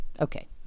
okay